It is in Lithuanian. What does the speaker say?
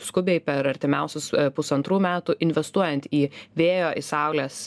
skubiai per artimiausius pusantrų metų investuojant į vėjo į saulės